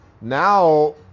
Now